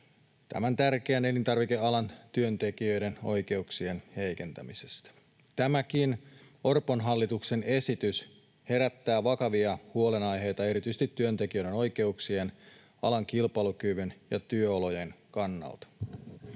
tämän tärkeän elintarvikealan työntekijöiden oikeuksien heikentämisestä. Tämäkin Orpon hallituksen esitys herättää vakavia huolenaiheita erityisesti työntekijöiden oikeuksien, alan kilpailukyvyn ja työolojen kannalta.